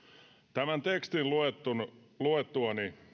tämän tekstin luettuani totesin että tämä